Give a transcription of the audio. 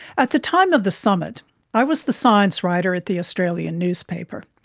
at the time of the summit i was the science writer at the australian newspaper.